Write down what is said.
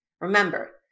Remember